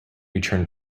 return